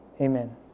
Amen